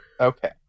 Okay